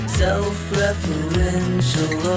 self-referential